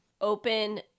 Open